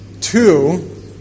Two